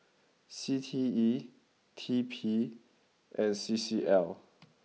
C T E T P and C C L